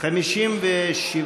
1 לא נתקבלה.